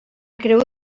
creu